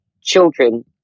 children